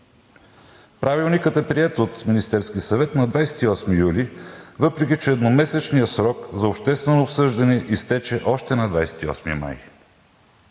Правилникът е приет от Министерския съвет на 28 юли, въпреки че едномесечният срок за обществено обсъждане изтече още на 28 май.